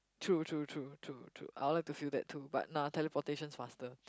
true true true true true I'll like to feel that too but nah teleportation is faster